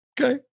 Okay